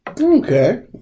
Okay